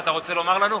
אתה רוצה לומר לנו?